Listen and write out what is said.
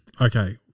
Okay